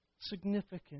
significant